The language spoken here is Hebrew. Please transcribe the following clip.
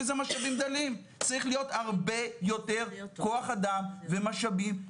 צריך להיות הרבה יותר כוח אדם ומשאבים.